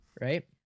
right